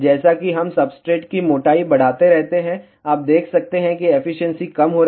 जैसा कि हम सब्सट्रेट की मोटाई बढ़ाते रहते हैं आप देख सकते हैं कि एफिशिएंसी कम हो रही है